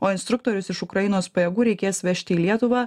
o instruktorius iš ukrainos pajėgų reikės vežti į lietuvą